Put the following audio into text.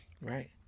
right